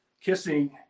kissing